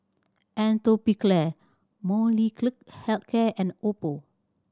Atopiclair Molnylcke Health Care and Oppo